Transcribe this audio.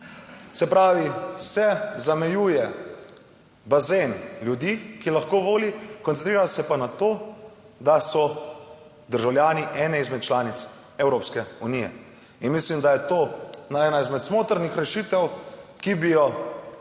Se pravi, zamejuje se bazen ljudi, ki lahko volijo, koncentrira se pa na to, da so državljani ene izmed članic Evropske unije. Mislim, da je to ena izmed smotrnih rešitev, ki bi jih